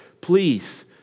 Please